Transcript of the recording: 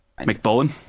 McBowen